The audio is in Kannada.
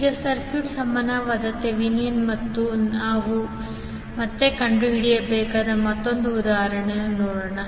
ಈಗ ಸರ್ಕ್ಯೂಟ್ಗೆ ಸಮಾನವಾದ ಥೆವೆನಿನ್ ಅನ್ನು ನಾವು ಮತ್ತೆ ಕಂಡುಹಿಡಿಯಬೇಕಾದ ಮತ್ತೊಂದು ಉದಾಹರಣೆಯನ್ನು ನೋಡೋಣ